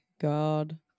god